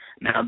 Now